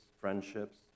friendships